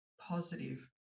positive